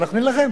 אנחנו נילחם